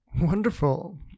Wonderful